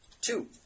Two